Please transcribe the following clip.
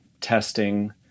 testing